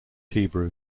hebrew